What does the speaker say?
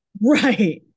Right